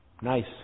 Nice